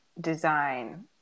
design